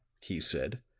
he said,